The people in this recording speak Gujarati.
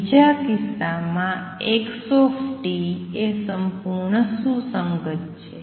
બીજા કિસ્સામાં x એ સંપૂર્ણ સુસંગત છે